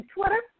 Twitter